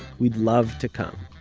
we'd love to come